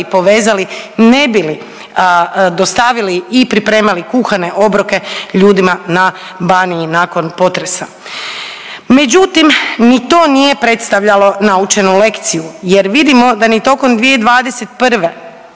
povezali ne bi li dostavili i pripremali kuhane obroke ljudima na Baniji nakon potresa. Međutim, ni to nije predstavljalo naučenu lekciju, jer vidimo da ni tokom 2021.